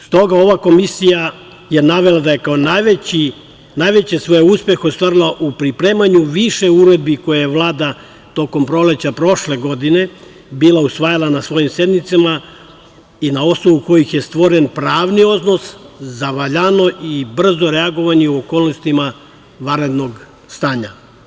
Stoga, ova komisija je navela da je najveći svoj uspeh ostvarila u pripremanju više uredbi koje je Vlada tokom proleća prošle godine usvajala na svojim sednicama i na osnovu kojih je stvoren pravni osnov za valjano i brzo reagovanje u okolnostima vanrednog stanja.